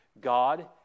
God